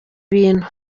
bintu